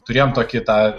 turėjom tokį tą